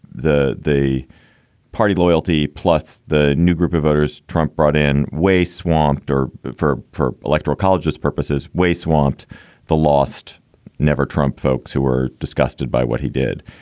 the the party loyalty, plus the new group of voters trump brought in way swamped or for poor electoral college's purposes, way swamped the lost never trump folks who were disgusted by what he did.